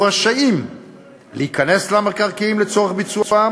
רשאים להיכנס למקרקעין לצורך ביצוען